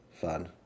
fun